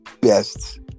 best